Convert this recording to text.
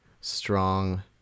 strong